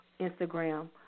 Instagram